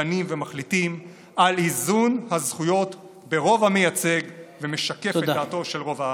דנים ומחליטים על איזון הזכויות ברוב המייצג ומשקף את דעתו של רוב העם.